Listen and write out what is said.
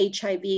HIV